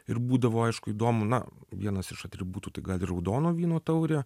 ir būdavo aišku įdomu na vienas iš atributų tai gal ir raudono vyno taurė